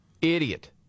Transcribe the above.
idiot